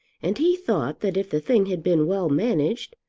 and he thought that if the thing had been well managed,